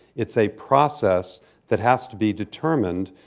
it's a process that has to be determined.